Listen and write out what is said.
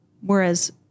Whereas